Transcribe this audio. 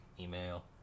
email